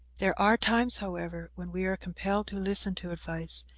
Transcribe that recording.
there are times, however, when we are compelled to listen to advice,